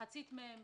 מחציתם הם